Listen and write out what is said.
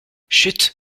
chut